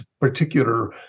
particular